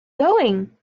going